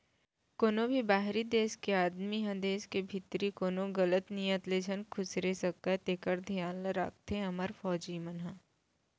कोनों भी बाहिरी देस के आदमी ह देस के भीतरी कोनो गलत नियत ले झन खुसरे सकय तेकर धियान राखथे हमर फौजी मन ह